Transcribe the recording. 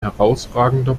herausragender